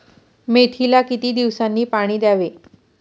मेथीला किती दिवसांनी पाणी द्यावे?